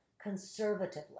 conservatively